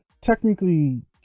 technically